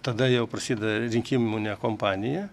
tada jau prasideda rinkimunė kompanija